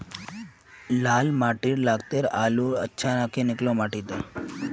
लाल माटी लात्तिर आलूर अच्छा ना की निकलो माटी त?